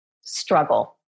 struggle